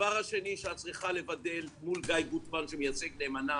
הדבר השני שאת צריכה לוודא מול גיא גוטמן שמייצג נאמנה